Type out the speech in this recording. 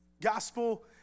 Gospel